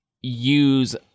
use